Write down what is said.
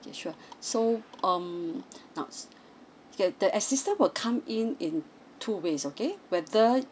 okay sure so um now so okay the assistance will come in in two ways okay whether